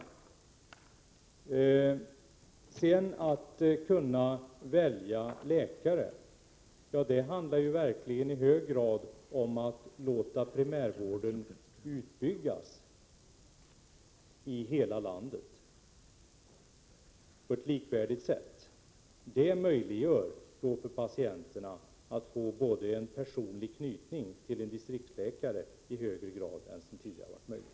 Möjligheten att kunna välja läkare handlar verkligen i hög grad om att låta primärvården byggas ut på ett likvärdigt sätt i hela landet. Det möjliggör för patienterna att i högre grad än som tidigare har varit möjligt få en personlig knytning till en distriktsläkare.